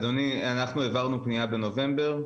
אדוני, אנחנו העברנו פנייה בנובמבר.